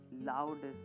loudest